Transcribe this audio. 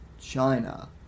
China